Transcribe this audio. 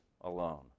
alone